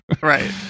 right